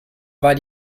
war